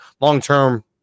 long-term